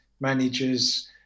managers